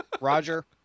Roger